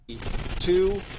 Two